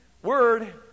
Word